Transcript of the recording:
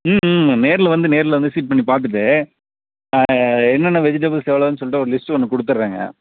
ம் ம் நேரில் வந்து நேரில் வந்து விசிட் பண்ணி பார்த்துட்டு என்னென்ன வெஜிடபுள்ஸ் எவ்வளோன்னு சொல்லிட்டு ஒரு லிஸ்ட்டு ஒன்று கொடுத்துர்றேங்க